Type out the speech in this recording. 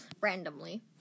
randomly